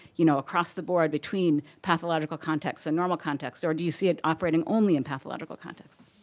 you know, across the board between pathological contexts and normal contexts, or do you see it operating only in pathological contexts.